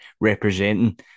representing